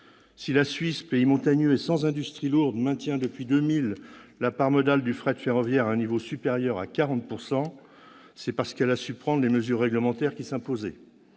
Si la Suisse, pays montagneux et sans industrie lourde, maintient, depuis 2000, la part modale du fret ferroviaire à un niveau supérieur à 40 %, c'est parce qu'elle a su prendre les mesures réglementaires qui s'imposaient